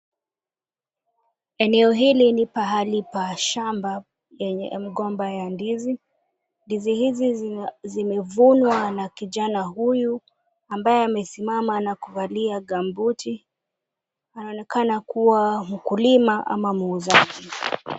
Eneo hili ni pahali pa shamba yenye mgomba ya ndizi. Ndizi hizi zimevunwa na kijana huyu ambaye amesimama na kuvalia gambuti. Anaonekana kuwa mkulima ama muuzaji.